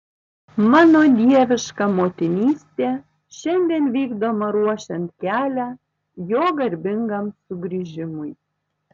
mano dieviška motinystė šiandien vykdoma ruošiant kelią jo garbingam sugrįžimui